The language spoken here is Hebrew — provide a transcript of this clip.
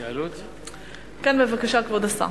הכנסת